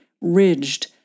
ridged